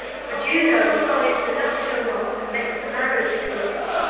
for juno ties the nuptial knot and makes the marriage joys.